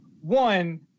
one